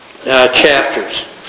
Chapters